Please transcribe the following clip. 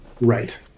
Right